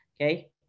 Okay